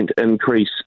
increase